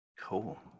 Cool